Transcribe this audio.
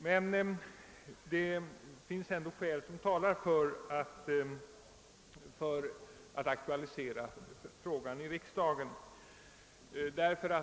ändå finns det skäl för att aktualisera problemet i riksdagen.